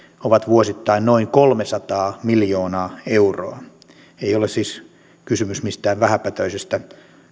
ovat vuosittain noin kolmesataa miljoonaa euroa ei ole siis kysymys mistään vähäpätöisestä